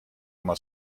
oma